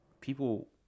people